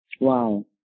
Wow